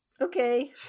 okay